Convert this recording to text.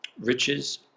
riches